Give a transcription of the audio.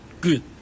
good